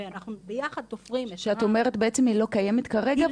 ואנחנו ביחד תופרים --- את אומרת שבעצם היא לא קיימת כרגע,